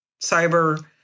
cyber